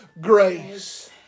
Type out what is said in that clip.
grace